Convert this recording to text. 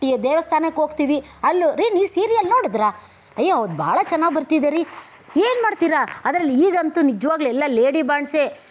ದೆ ದೇವಸ್ಥಾನಕ್ಕೆ ಹೋಗ್ತೀವಿ ಅಲ್ಲೂ ರೀ ನೀವು ಸೀರಿಯಲ್ ನೋಡಿದ್ರ ಅಯ್ಯೋ ಅದು ಬಹಳ ಚೆನ್ನಾಗಿ ಬರ್ತಿದೆ ರೀ ಏನು ಮಾಡ್ತೀರಾ ಅದರಲ್ಲಿ ಈಗಂತೂ ನಿಜವಾಗಲೂ ಎಲ್ಲ ಲೇಡಿ ಬಾಂಡ್ಸೆ